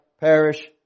perish